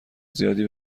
زیادی